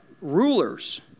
rulers